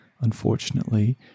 unfortunately